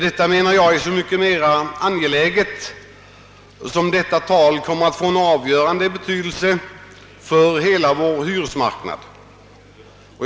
Det är så mycket mer angeläget att klarhet skapas i frågan som detta procenttal kommer att få avgörande betydelse för hela hyresmarknaden.